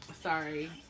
Sorry